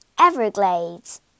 Everglades